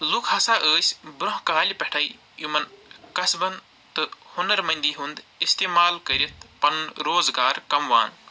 لوٗکھ ہسا ٲسۍ برٛونٛہہ کالہِ پٮ۪ٹھٔے یِمَن قصبَن تہٕ ہُنر مٔنٛدی ہُند اِستعمال کٔرِتھ پَنُن روزگار کَماوان